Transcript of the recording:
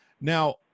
now